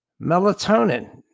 melatonin